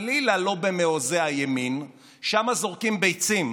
חלילה לא במעוזי הימין, שם זורקים ביצים,